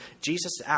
Jesus